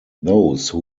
those